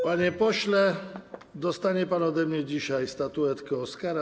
Panie pośle, dostanie pan ode mnie dzisiaj statuetkę Oskara.